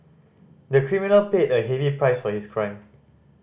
the criminal paid a heavy price for his crime